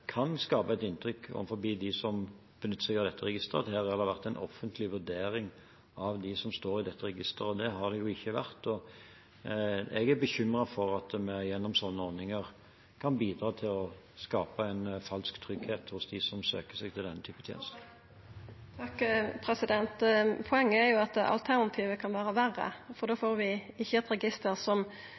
kan skape et inntrykk overfor dem som benytter seg av dette registeret, at det her har vært en offentlig vurdering av dem som står i dette registeret, og det har det jo ikke vært. Jeg er bekymret for at vi gjennom sånne ordninger kan bidra til å skape en falsk trygghet hos dem som søker seg til denne type tjenester. Poenget er jo at det alternative kan vera verre, for da får vi ikkje eit register